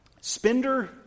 spender